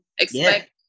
expect